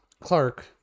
Clark